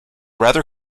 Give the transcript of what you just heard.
rather